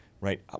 right